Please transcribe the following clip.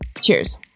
Cheers